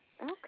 Okay